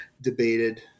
debated